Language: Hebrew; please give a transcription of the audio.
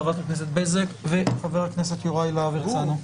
חברת הכנסת בזק וחבר הכנסת יוראי להב הרצנו.